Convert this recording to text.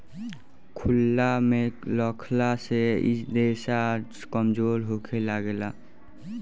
खुलला मे रखला से इ रेसा कमजोर होखे लागेला